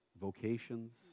vocations